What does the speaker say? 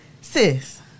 Sis